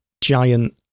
giant